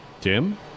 Tim